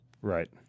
Right